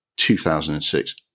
2006